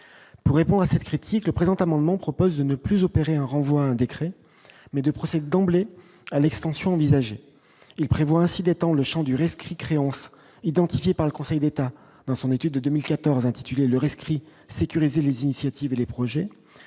vous répond à ces critiques, le présent amendement propose de ne plus opérer un renvoi un décret mais de procès d'emblée à l'extension envisagée, il prévoit ainsi d'être le Champ du rescrit créances identifiés par le Conseil d'État dans son étude de 2014 intitulé le rescrit sécuriser les initiatives, les projets,